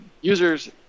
users